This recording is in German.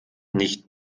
nicht